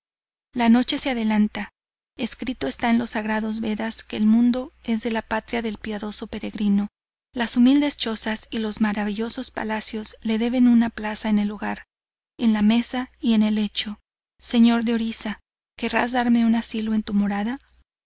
la noche se adelanta escrito esta en los sagrados vedas que el mundo es la patria del piadoso peregrino las humildes chozas y los maravillosos palacios le deben una plaza en el hogar en la mesa y en el lecho señor de orisa querrás darme un asilo en tu morada